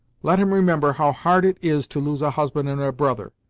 let him remember how hard it is to lose a husband and a brother.